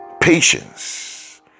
patience